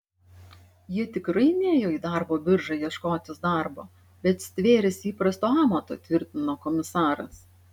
jie tikrai nėjo į darbo biržą ieškotis darbo bet stvėrėsi įprasto amato tvirtino komisaras